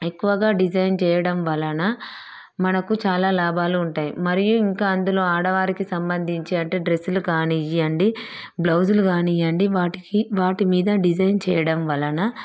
ఎక్కువగా డిజైన్ చేయడం వలన మనకు చాలా లాభాలు ఉంటాయి మరియు ఇంకా అందులో ఆడవారికి సంబంధించి అంటే డ్రెస్సులు కానీయండి బ్లౌజులు కానీయండి వాటికి వాటి మీద డిజైన్ చేయడం వలన